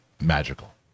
magical